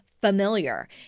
familiar